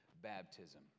baptism